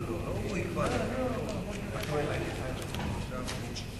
הדתית, בהוראתו של השר לשירותי דת.